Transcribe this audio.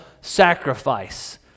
sacrifice